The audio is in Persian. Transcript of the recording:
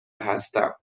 هستم